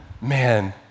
man